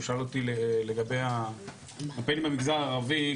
הוא שאל אותי לגבי הקמפיינים במגזר הערבי.